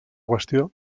qüestió